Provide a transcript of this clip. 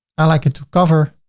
i like it to cover,